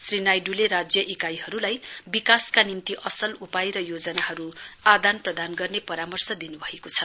श्री नाइड्ले राज्य इकाईहरूलाई विकासका निम्ति असल उपाय र योजनाहरू आदान प्रदान गर्ने परामर्श दिन् भएको छ